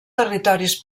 territoris